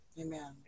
Amen